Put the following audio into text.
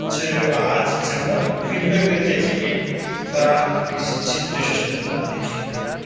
छै हर चीज छै फीड बैक दै लए चाहय छियै कि थोड़ा ये सब चीज रेस्टोरेन्टवला देखय लए